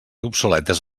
obsoletes